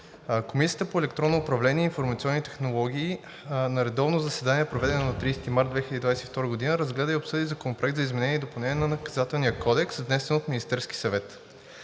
Комисията по електронно управление и информационни технологии на редовно заседание, проведено на 30 март 2022 г., разгледа и обсъди Законопроект за изменение и допълнение на Наказателния кодекс, внесен от Министерския съвет.